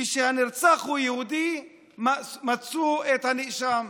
כשהנרצח הוא יהודי מצאו את הנאשם.